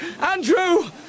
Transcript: Andrew